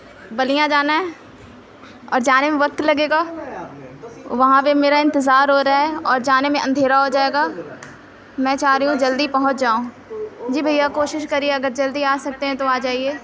بلیاں جانا ہے اور جانے میں وقت لگے گا وہاں پہ میرا انتظار ہو رہا ہے اور جانے میں اندھیرا ہو جائے گا میں چاہ رہی ہوں جلدی پہنچ جاؤں جی بھیا کوشش کریے اگر جلدی آ سکتے ہیں تو آ جائیے